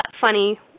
funny